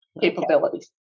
capabilities